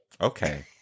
okay